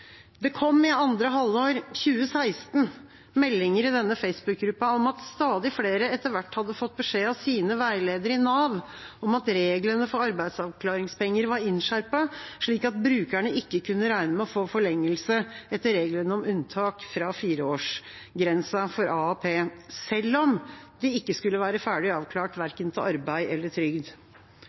Det kom i andre halvår 2016 meldinger i denne Facebook-gruppa om at stadig flere etter hvert hadde fått beskjed av sine veiledere i Nav om at reglene for arbeidsavklaringspenger var innskjerpet, slik at brukerne ikke kunne regne med å få forlengelse etter reglene om unntak fra fireårsgrensa for AAP, selv om de ikke skulle være ferdig avklart verken til arbeid eller trygd.